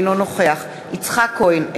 אינו נוכח יצחק כהן,